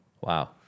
wow